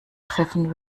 treffen